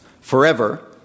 forever